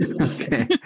Okay